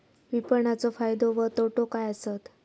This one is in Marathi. विपणाचो फायदो व तोटो काय आसत?